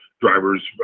drivers